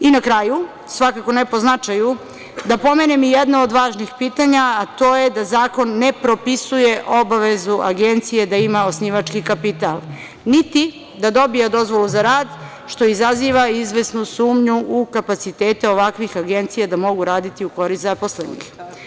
Na kraju, svakako ne po značaju, da pomenem i jedno od važnih pitanja, a to je da zakon ne propisuje obavezu agencije da ima osnivački kapital, niti da dobije dozvolu za rad, što izaziva izvesnu sumnju u kapacitete ovakvih agencija da mogu raditi u korist zaposlenih.